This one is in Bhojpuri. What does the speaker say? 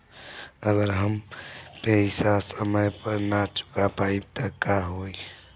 अगर हम पेईसा समय पर ना चुका पाईब त का होई?